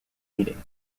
meeting